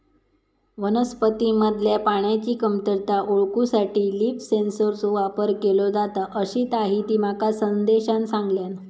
वनस्पतींमधल्या पाण्याची कमतरता ओळखूसाठी लीफ सेन्सरचो वापर केलो जाता, अशीताहिती माका संदेशान सांगल्यान